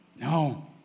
No